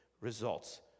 results